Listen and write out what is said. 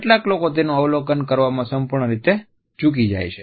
કેટલાક લોકો તેનું અવલોકન કરવામાં સંપૂર્ણ રીતે ચૂકી જાય છે